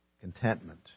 Contentment